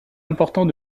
important